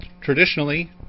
traditionally